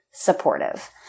supportive